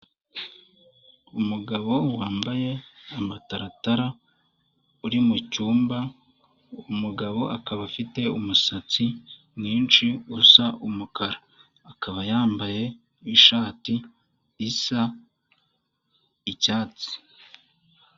Umugabo wambaye amataratara uri mu cyumba, umugabo akaba afite umusatsi mwinshi usa umukara, akaba yambaye n'ishati isa icyatsi.